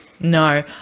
No